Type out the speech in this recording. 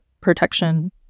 protection